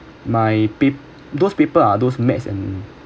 my pap~ those paper are those math and